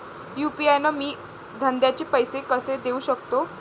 UPI न मी धंद्याचे पैसे कसे देऊ सकतो?